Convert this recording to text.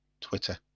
Twitter